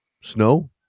snow